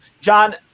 John